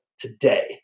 today